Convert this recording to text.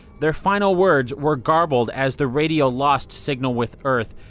their final words were garbled as the radio lost signal with earth.